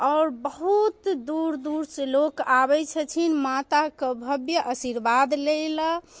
आओर बहुत दूर दूरसँ लोक आबै छथिन माताके भव्य आशीर्वाद लैलए